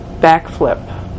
backflip